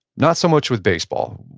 not so much with baseball.